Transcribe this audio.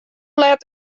let